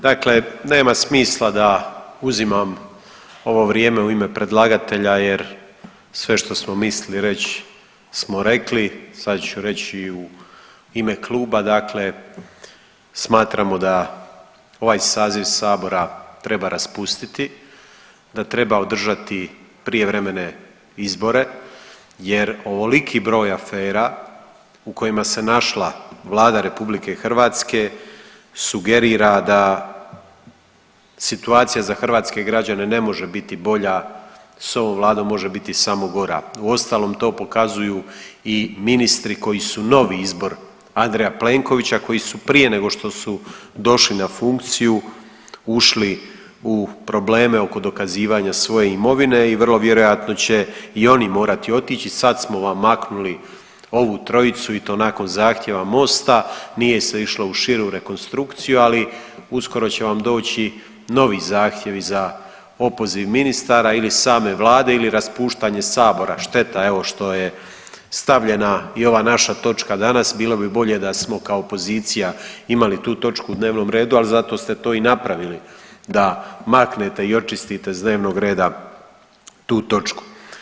Dakle, nema smisla da uzimam ovo vrijeme u ime predlagatelja jer sve što smo mislili reć smo rekli, sad ću reći i u ime kluba, dakle smatramo da ovaj saziv sabora treba raspustiti, da treba održati prijevremene izbore jer ovoliki broj afera u kojima se našla Vlada RH sugerira da situacija za hrvatske građane ne može biti bolja, s ovom vladom može biti samo gora, uostalom to pokazuju i ministri koji su novi izbor Andreja Plenkovića, koji su prije nego što su došli na funkciju ušli u probleme oko dokazivanja svoje imovine i vrlo vjerojatno će i oni morati otići i sad smo vam maknuli ovu trojicu i to nakon zahtjeva Mosta, nije se išlo u širu rekonstrukciju, ali uskoro će vam doći novi zahtjevi za opoziv ministara ili same vlade ili raspuštanje sabora, šteta evo što je stavljena i ova naša točka danas, bilo bi bolje da smo kao opozicija imali tu točku u dnevnom redu, ali zato ste to i napravili da maknete i očistite s dnevnog reda tu točku.